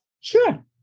Sure